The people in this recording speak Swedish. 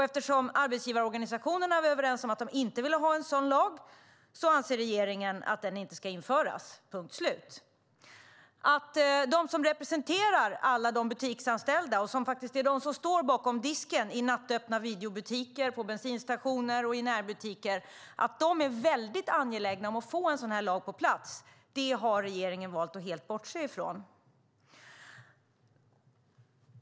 Eftersom arbetsgivarorganisationerna är överens om att de inte vill ha en sådan lag anser regeringen att den inte ska införas, punkt slut. Att de som representerar de butiksanställda - de som faktiskt står bakom disken i nattöppna videobutiker, på bensinstationer och i närbutiker - är mycket angelägna om att få en sådan lag på plats har regeringen valt att helt bortse från.